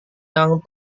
yang